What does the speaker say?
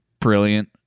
brilliant